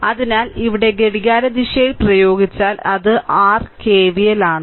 അതിനാൽ ഇവിടെ ഘടികാരദിശയിൽ പ്രയോഗിച്ചാൽ അത് R KVL ആണ്